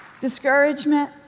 Discouragement